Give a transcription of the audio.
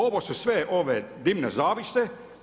Ovo su sve ove dimne zavjese.